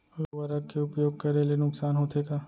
उर्वरक के उपयोग करे ले नुकसान होथे का?